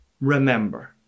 remember